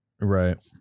right